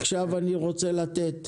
עכשיו אני רוצה לתת